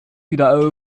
wieder